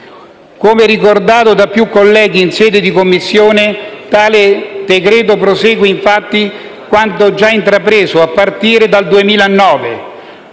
Come ricordato da più colleghi in sede di Commissione, tale decreto prosegue, infatti, quanto già intrapreso dal 2009,